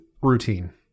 routine